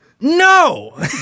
No